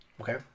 Okay